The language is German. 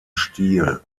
stil